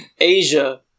Asia